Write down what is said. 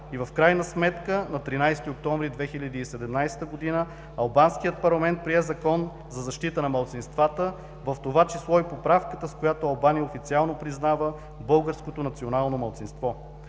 и в крайна сметка на 13 октомври 2017 г. Албанският парламент прие Закон за защита на малцинствата, в това число и поправката, с която Албания официално признава българското национално малцинство.